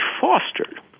fostered